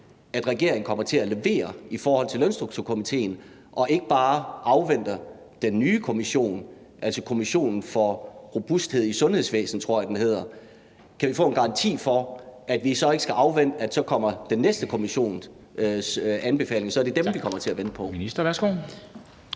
at regeringen kommer til at levere i forhold til Lønstrukturkomitéen og ikke bare afventer den nye kommission, altså kommissionen for robusthed i sundhedsvæsenet, tror jeg den hedder. Kan vi få en garanti for, at vi så ikke skal afvente den næste kommissions anbefalinger, altså at det så er dem, vi kommer til at vente på?